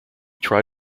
try